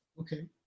Okay